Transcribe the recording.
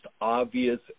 obvious